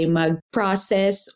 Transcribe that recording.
mag-process